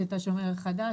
יש את "השומר החדש",